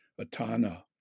Atana